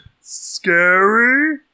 Scary